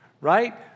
right